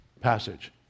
passage